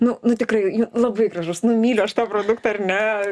nu nu tikrai labai gražus nu myliu aš tą produktą ar ne